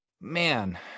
Man